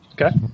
Okay